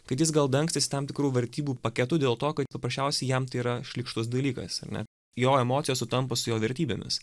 kad jis gal dangstėsi tam tikrų vertybių paketu dėl to kad paprasčiausiai jam tai yra šlykštus dalykas ar ne jo emocijos sutampa su jo vertybėmis